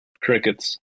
Crickets